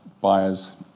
buyers